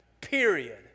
Period